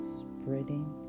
spreading